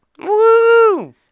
Woo